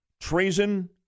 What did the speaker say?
Treason